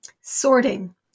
Sorting